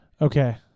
Okay